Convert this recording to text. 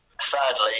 Sadly